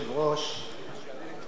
כנסת נכבדה,